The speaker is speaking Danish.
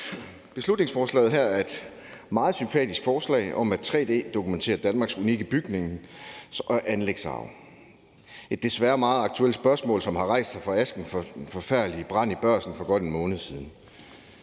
Beslutningsforslaget her er et meget sympatisk forslag om at tre-d- dokumentere Danmarks unikke bygnings- og anlægsarv, et desværre meget aktuelt spørgsmål, som har rejst sig fra asken fra den forfærdelige brand i Børsen for godt en måned siden.